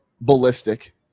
ballistic